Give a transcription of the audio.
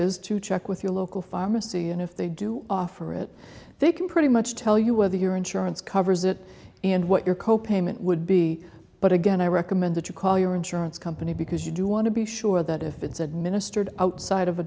is to check with your local pharmacy and if they do offer it they can pretty much tell you whether your insurance covers it and what your co payment would be but again i recommend that you call your insurance company because you do want to be sure that if it's administered outside of a